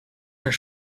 daar